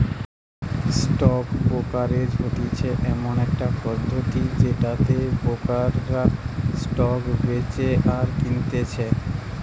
stock brokerage হতিছে এমন একটা পদ্ধতি যেটাতে ব্রোকাররা স্টক বেচে আর কিনতেছে